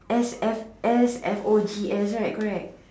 S F S F o G S right correct